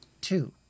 Two